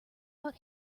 out